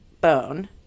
bone